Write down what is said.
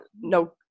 no